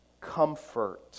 comfort